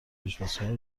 آشپزخونه